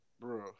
bro